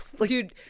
Dude